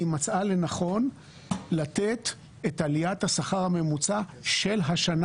היא מצאה לנכון לתת את עליית השכר הממוצע של השנה